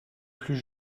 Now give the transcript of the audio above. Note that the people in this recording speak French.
plus